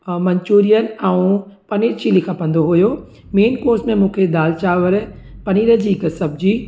Manchurian ऐं paneer chilli खपंदो हुओ मेन कोर्स में मूंखे दालि चांवरु पनीर जी हिकु सब़्जी